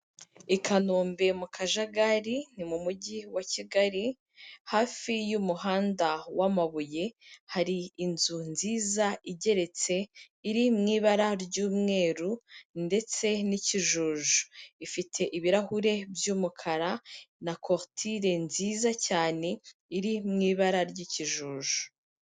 I Kanombe mu Kajagari, ni mu mujyi wa Kigali, hafi y'umuhanda w'amabuye, hari inzu nziza igeretse, iri mu ibara ry'umweru, ndetse n'ikijuju, ifite ibirahure by'umukara, na korotire nziza cyane, iri mu ibara ry'ikijuju.